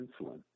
insulin